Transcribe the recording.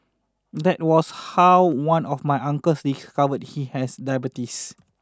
that was how one of my uncles discovered he has diabetes